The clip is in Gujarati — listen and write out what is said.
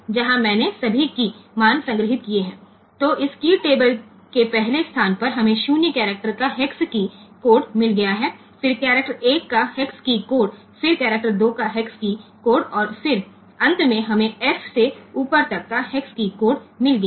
તેથી આ કી ટેબલ ના પ્રથમ સ્થાને આપણને કેરેક્ટર 0 નો હેક્સ કી કોડ મળ્યો છે પછી કેરેક્ટર 1 નો હેક્સ કી કોડ અને પછી કેરેક્ટર 2 નો હેક્સ કી કોડ મળ્યો છે અને પછી છેલ્લે આપણને હેક્સ કી બોર્ડમાં f સુધી કોડ મળ્યા છે